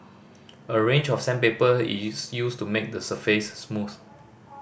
a range of sandpaper is used to make the surface smooth